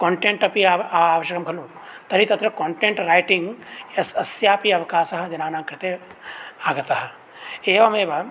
content अपि आवश्यकं खलु तर्हि तत्र कोण्टेण्ट् रायिटिङ्ग् अस्यापि अवकाशः जनानाङ्कृते आगतः एवमेव